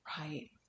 Right